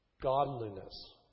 godliness